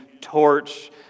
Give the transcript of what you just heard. torch